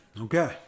Okay